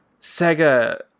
Sega